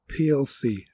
PLC